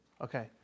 Okay